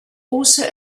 also